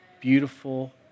beautiful